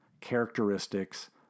characteristics